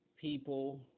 people